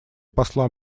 посла